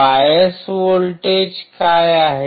bias voltage काय आहेत